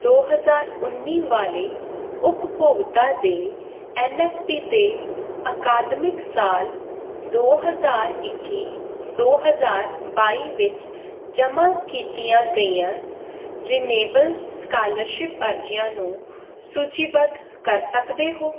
ਦੋ ਹਜ਼ਾਰ ਉੱਨੀ ਵਾਲੇ ਉਪਭੋਗਤਾ ਦੇ ਐੱਨ ਐੱਸ ਪੀ 'ਤੇ ਅਕਾਦਮਿਕ ਸਾਲ ਦੋ ਹਜ਼ਾਰ ਇੱਕੀ ਦੋ ਹਜ਼ਾਰ ਬਾਈ ਵਿੱਚ ਜਮ੍ਹਾਂ ਕੀਤੀਆਂ ਗਈਆਂ ਰਿਨੇਬਲ ਸਕਾਲਰਸ਼ਿਪ ਅਰਜ਼ੀਆਂ ਨੂੰ ਸੂਚੀਬੱਧ ਕਰ ਸਕਦੇ ਹੋ